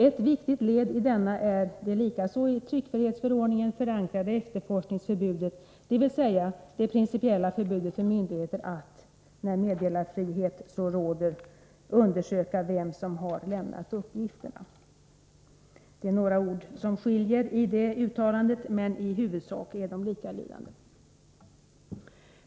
Ett viktigt led i denna är det likaså i tryckfrihetsförordningen förankrade efterforskningsförbudet, dvs. det principiella förbudet för myndigheter att, när meddelarfrihet råder, undersöka vem som har lämnat uppgifterna.” Det är några ord som skiljer, men i huvudsak är uttalandena likalydande.